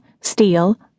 steel